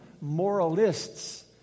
moralists